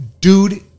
Dude